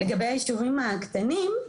לגבי היישובים הקטנים,